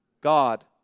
God